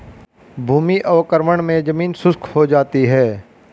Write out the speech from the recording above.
भूमि अवक्रमण मे जमीन शुष्क हो जाती है